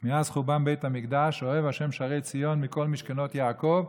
מאז חורבן בית המקדש אוהב ה' שערי ציון מכל משכנות יעקב.